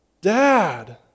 Dad